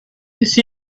this